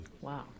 Wow